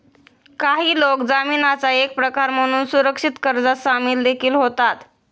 काही लोक जामीनाचा एक प्रकार म्हणून सुरक्षित कर्जात सामील देखील होतात